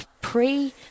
pre